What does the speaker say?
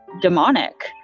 demonic